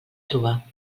trobar